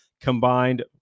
combined